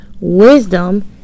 Wisdom